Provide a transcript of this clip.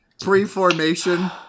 Pre-Formation